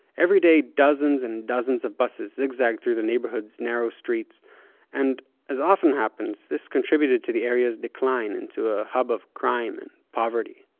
every day dozens and dozens of buses zigzag through the neighborhood's narrow streets and as often happens, this contributed to the area's decline into a hub of crime and poverty.